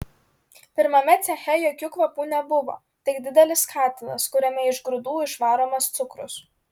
pirmame ceche jokių kvapų nebuvo tik didelis katilas kuriame iš grūdų išvaromas cukrus